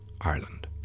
Ireland